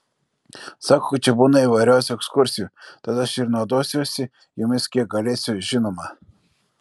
sako kad čia būna įvairiausių ekskursijų tad aš ir naudosiuosi jomis kiek galėsiu žinoma